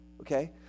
Okay